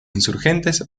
insurgentes